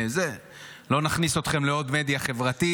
לא נכניס אתכם לעוד מדיה חברתית,